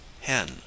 hen